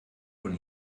von